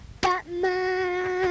Batman